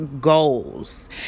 goals